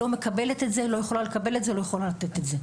לא מקבלת את זה ולא יכולה לקבל או לתת את זה.